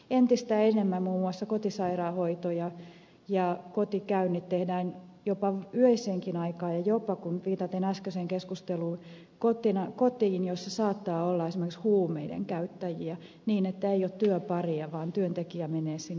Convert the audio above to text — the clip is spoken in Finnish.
entistä enemmän muun muassa kotisairaanhoito ja kotikäynnit tehdään jopa öiseenkin aikaan ja viitaten äskeiseen keskusteluun jopa kotiin jossa saattaa olla esimerkiksi huumeiden käyttäjiä niin ettei ole työparia vaan työntekijä menee sinne yksin